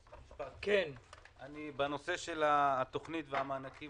בנושא התוכנית והמענקים